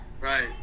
right